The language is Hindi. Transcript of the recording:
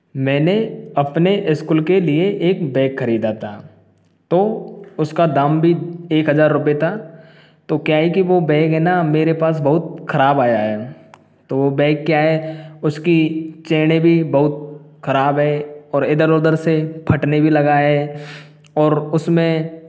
मैंने अपने स्कूल के लिए एक बैग खरीदा था तो उसका दाम भी एक हज़ार रुपए था तो क्या है कि वो बैग है ना मेरे पास बहुत खराब आया है तो बैग क्या है उसकी चैने भी बहुत खराब है और इधर उधर से फटने भी लगा है और उसमें